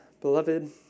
Beloved